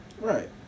Right